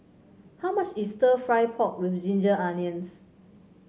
how much is stir fry pork with Ginger Onions